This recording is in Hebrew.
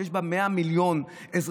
שיש בהן 100 מיליון אזרחים,